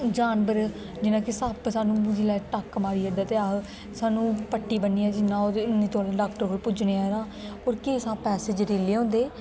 जानवर जियां कि सप्प हून जिसले टक्क मारी ओड़दा ते सानू पट्टी बन्नियै जिन्ना होऐ ते इन्ने तौले डाॅक्टर कोल पुज्जना चाहिदा ते केंई सप्प ऐसे जरिीले होंदे